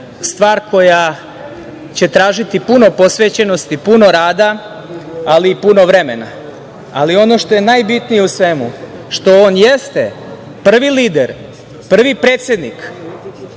stvar koja će tražiti puno posvećenosti i puno rada, ali i puno vremena. Ono što je najbitnije u svemu što on jeste prvi lider, prvi predsednik